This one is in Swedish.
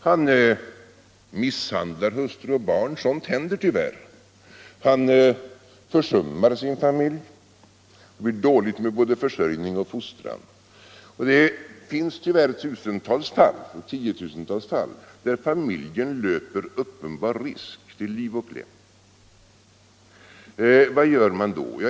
Han misshandlar hustru och och barn, sådant händer tyvärr. Han försummar sin familj. Det blir dåligt med både försörjning och fostran. Det finns tyvärr tiotusentals fall, där familjen löper uppenbar risk till liv och lem. Vad gör man då?